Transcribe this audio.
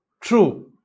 true